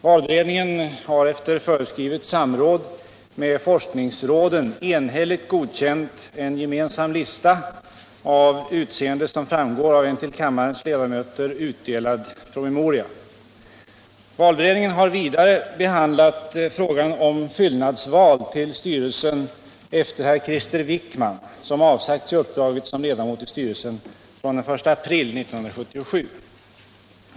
Valberedningen har efter föreskrivet samråd med forskningsråden enhälligt godkänt en gemensam lista av utseende som framgår av en till kammarens ledamöter utdelad promemoria. Valberedningen har vidare behandlat frågan om fyllnadsval till styrelsen efter herr Krister Wickman som avsagt sig uppdraget som ledamot i styrelsen från den 1 april 1977.